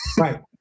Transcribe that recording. Right